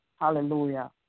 Hallelujah